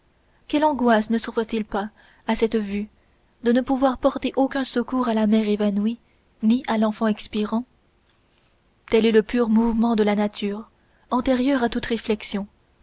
quelles angoisses ne souffre t il pas à cette vue de ne pouvoir porter aucun secours à la mère évanouie ni à l'enfant expirant tel est le pur mouvement de la nature antérieur à toute réflexion